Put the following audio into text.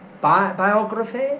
biography